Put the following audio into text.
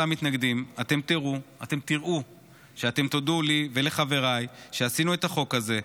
אותם מתנגדים: אתם תראו שאתם תודו לי ולחבריי שעשינו את החוק הזה,